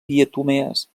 diatomees